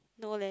no leh